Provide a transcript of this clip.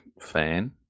fan